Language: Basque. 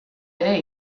ere